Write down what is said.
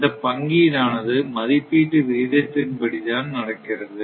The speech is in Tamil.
இந்தப் பங்கீடானது மதிப்பீட்டு விகிதத்தின் படி நடக்கிறது